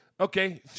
Okay